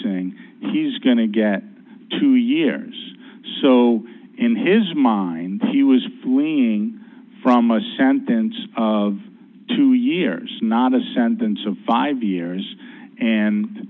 ing he's going to get two years so in his mind he was fleeing from a sentence of two years not a sentence of five years and